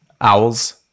Owls